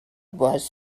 was